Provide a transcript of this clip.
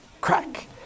crack